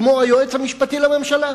כמו היועץ המשפטי לממשלה.